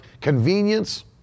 convenience